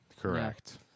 Correct